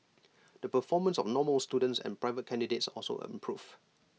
the performance of normal students and private candidates also improved